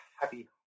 happy